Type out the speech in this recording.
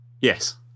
Yes